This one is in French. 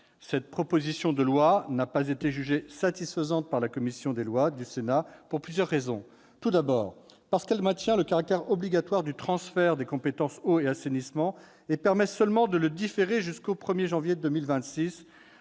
Cette proposition de loi n'a pas été jugée satisfaisante par la commission des lois du Sénat pour plusieurs raisons. Tout d'abord, elle maintient le caractère obligatoire du transfert des compétences « eau » et « assainissement », et permet seulement de différer son entrée